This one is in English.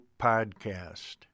podcast